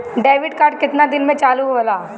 Debit card केतना दिन में चालु होला?